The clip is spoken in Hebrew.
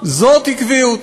זאת עקביות.